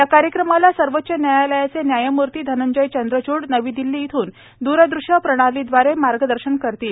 या कार्यक्रमाला सर्वोच्च न्यायालयाचे न्यायमूर्ती धनंजय चंद्रचूड नवी दिल्ली येथून दुरदृष्य प्रणालीद्वारे मार्गदर्शन करणार आहे